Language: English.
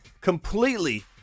completely